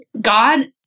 God